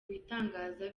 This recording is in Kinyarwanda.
ibitangaza